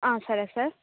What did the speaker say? సరే సార్